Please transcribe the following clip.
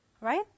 Right